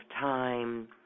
time